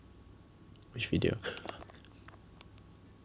which video